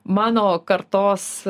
mano kartos